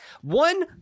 one